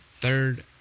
third